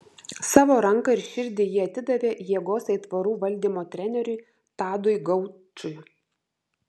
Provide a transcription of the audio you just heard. savo ranką ir širdį ji atidavė jėgos aitvarų valdymo treneriui tadui gaučui